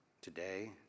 today